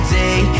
day